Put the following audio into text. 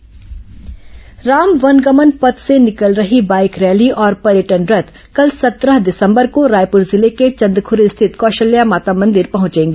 राम वनगमन पथ राम वनगमन पथ से निकल रही बाईक रैली और पर्यटन रथ कल सत्रह दिसंबर को रायपुर जिले को चंदखूरी स्थित कौशल्या माता मंदिर पहंचेगा